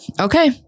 Okay